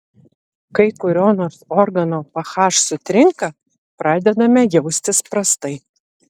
kai kurio nors organo ph sutrinka pradedame jaustis prastai